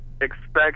expect